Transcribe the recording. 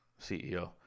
CEO